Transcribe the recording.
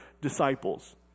disciples